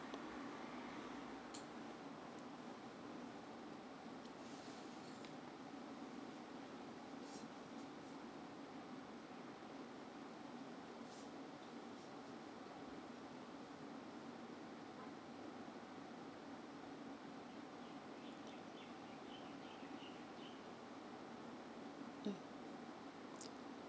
mm